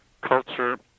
culture